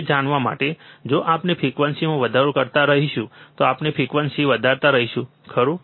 તે જાણવા માટે જો આપણે ફ્રીક્વન્સીમાં વધારો કરતા રહીશું તો આપણે ફ્રીક્વન્સી વધારતા રહીશું ખરું